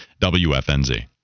WFNZ